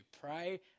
Pray